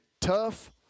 tough